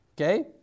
Okay